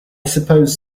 suppose